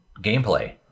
gameplay